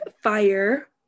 fire